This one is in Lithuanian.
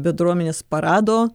bendruomenės parado